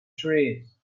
trees